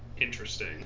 interesting